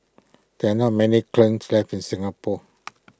there are not many kilns left in Singapore